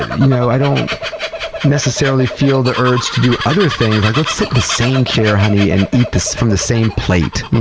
you know i don't necessarily feel the urge to do other things, like, let's sit in the same chair, honey, and eat from the same plate! you